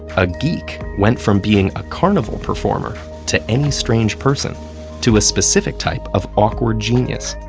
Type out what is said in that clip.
a geek went from being a carnival performer to any strange person to a specific type of awkward genius.